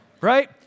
Right